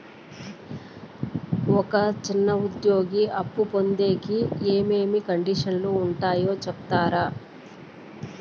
ఒక చిన్న ఉద్యోగి అప్పు పొందేకి ఏమేమి కండిషన్లు ఉంటాయో సెప్తారా?